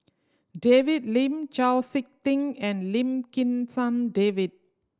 David Lim Chau Sik Ting and Lim Kim San David